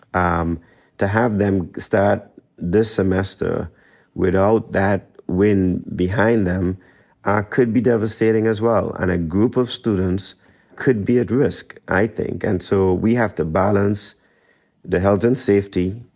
um to have them start this semester without that win behind them ah could be devastating as well. and a group of students could be at risk, i think. and so we have to balance the health and safety,